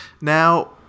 Now